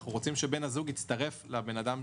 אנחנו רוצים שבן הזוג יצטרף לבן אדם שעובד.